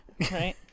Right